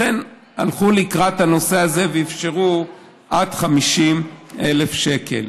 לכן, הלכו לקראת הנושא הזה ואפשרו עד 50,000 שקל.